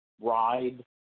ride